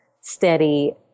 steady